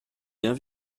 bien